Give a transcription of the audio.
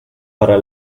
para